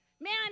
man